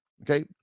Okay